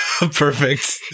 Perfect